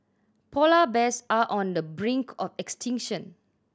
polar bears are on the brink of extinction